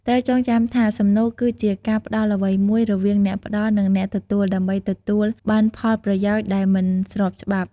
ត្រូវចងចាំថា សំណូកគឺជាការផ្ដល់អ្វីមួយរវាងអ្នកផ្ដល់ និងអ្នកទទួល ដើម្បីទទួលបានផលប្រយោជន៍ដែលមិនស្របច្បាប់។